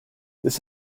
this